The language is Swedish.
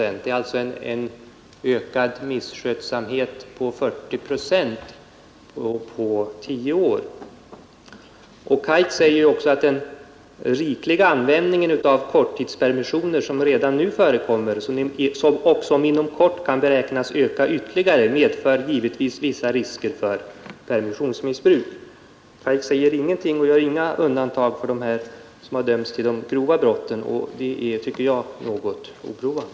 Detta betyder alltså en ökning av andelen misskötta permissioner med 40 procent på tio år. KAIK säger också att den rikliga användning av korttidspermissioner som redan nu förekommer och som inom kort kan beräknas öka ytterligare givetvis medför vissa risker för permissionsmissbruk. KAIK säger ingenting och gör inga undantag för dem som har dömts för de grova brotten, och det tycker jag är oroande.